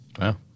Wow